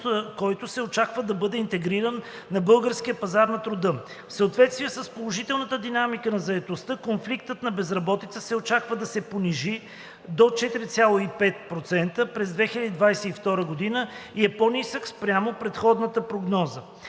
който се очаква да бъде интегриран на българския пазар на труда. В съответствие с положителната динамика на заетостта, коефициентът на безработица се очаква да се понижи до 4,5% през 2022 г. и е по-нисък спрямо предходната прогноза